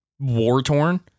War-torn